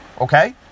okay